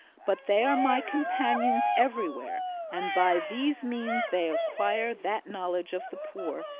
but they are my companions everywhere and by these means they acquire that knowledge of the poor,